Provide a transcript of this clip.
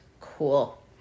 Cool